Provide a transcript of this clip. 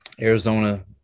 Arizona